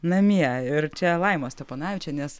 namie ir čia laimos steponavičienės